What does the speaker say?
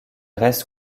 reste